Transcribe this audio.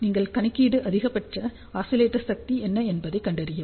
நீங்கள் கணக்கீட்டு அதிகபட்ச ஆஸிலேட்டர் சக்தி என்ன என்பதைக் கண்டறியவும்